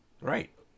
right